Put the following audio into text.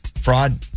fraud